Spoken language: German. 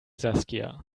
saskia